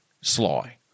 Sly